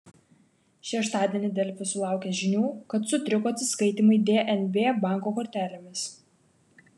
šeštadienį delfi sulaukė žinių kad sutriko atsiskaitymai dnb banko kortelėmis